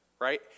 right